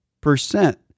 percent